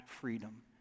freedom